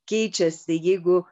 keičiasi jeigu